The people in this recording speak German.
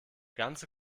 ganze